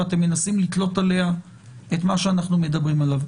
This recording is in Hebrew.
ואתם מנסים לתלות עליה את מה שאנחנו מדברים עליו.